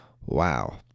Wow